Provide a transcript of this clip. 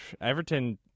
Everton